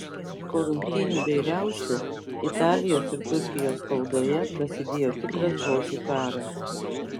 po rungtynių bei riaušių italijos ir turkijos spaudoje prasidėjo tikras žodžių karas